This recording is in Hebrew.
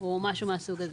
או משהו מהסוג הזה.